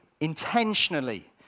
intentionally